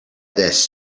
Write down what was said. this